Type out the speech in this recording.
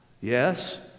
Yes